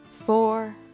four